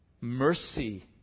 mercy